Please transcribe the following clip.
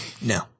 No